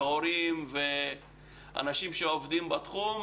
הורים ואנשים שעובדים בתחום.